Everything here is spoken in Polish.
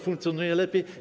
Funkcjonuje lepiej?